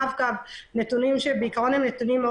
רב-קו ועוד נתונים רגישים.